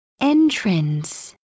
Entrance